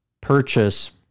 purchase